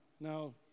now